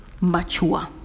mature